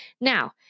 Now